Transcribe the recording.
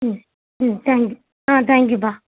ம் hmm thank you thank யூப்பா